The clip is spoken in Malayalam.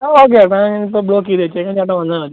ആ ഓക്കെ ചേട്ടാ ഞാൻ ഇപ്പോൾ ബ്ലോക്ക് ചെയ്ത് വെച്ചേക്കാ ചേട്ടൻ വന്നാൽമതി